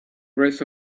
rest